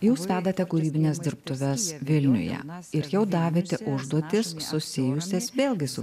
jūs vedate kūrybines dirbtuves vilniuje ir jau davėte užduotis susijusias vėlgi su